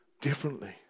differently